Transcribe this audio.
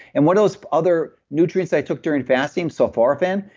and what else? other nutrients i took during fasting sulforaphane,